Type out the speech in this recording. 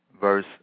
verse